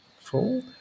four